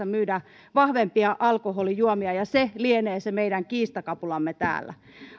myydä vahvempia alkoholijuomia ja se lienee se meidän kiistakapulamme täällä